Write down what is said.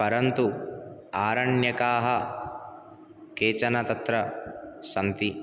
परन्तु आरण्यकाः केचन तत्र सन्ति